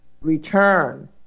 return